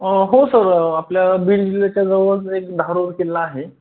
हो सर आपल्या बीड जिल्ह्याच्या जवळच एक धारोर किल्ला आहे